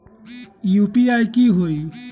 UPI की होई?